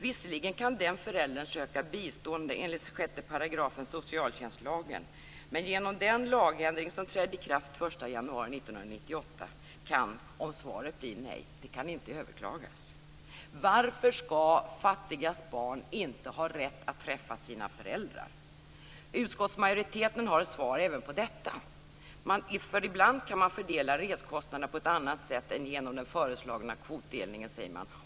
Visserligen kan denna förälder söka bistånd enligt 6 § socialtjänstlagen, men genom den lagändring som trädde i kraft 1 januari 1998 kan inte svaret, om det blir nej, överklagas. Varför skall fattigas barn inte ha rätt att träffa sina föräldrar? Utskottsmajoriteten har ett svar även på detta. Ibland kan man fördela reskostnaderna på ett annat sätt än genom den föreslagna kvotdelningen, säger man.